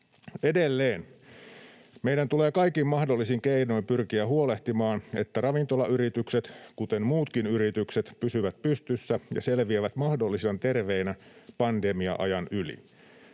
Edelleen meidän tulee kaikin mahdollisin keinoin pyrkiä huolehtimaan, että ravintolayritykset, kuten muutkin yritykset, pysyvät pystyssä ja selviävät mahdollisimman terveinä pandemia-ajan yli,